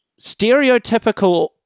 stereotypical